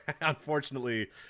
unfortunately